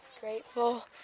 Grateful